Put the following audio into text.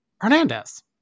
Hernandez